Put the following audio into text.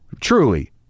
truly